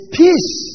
peace